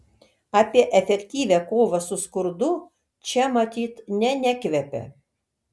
apie efektyvią kovą su skurdu čia matyt ne nekvepia